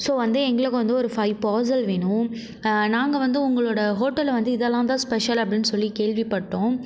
so வந்து எங்களுக்கு வந்து ஒரு ஃபைவ் பார்சல் வேணும் நாங்கள் வந்து உங்களோட ஹோட்டலில் வந்து இதெல்லாம்தான் ஸ்பெஷல் அப்படின் சொல்லி கேள்விப்பட்டோம்